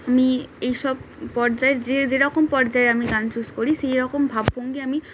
আমি এইসব পর্যাায়য়ের যে যেরকম পর্যায়ে আমি গান চুস করি সেই রকম ভাব ভঙ্গি আমি